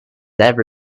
ever